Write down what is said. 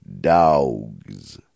dogs